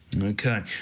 Okay